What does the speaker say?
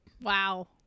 Wow